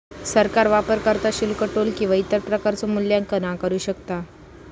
सरकार वापरकर्ता शुल्क, टोल किंवा इतर प्रकारचो मूल्यांकन आकारू शकता